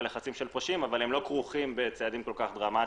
לחצים של פושעים אבל הם לא כרוכים בצעדים כל כך דרמטיים,